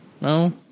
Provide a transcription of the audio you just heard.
No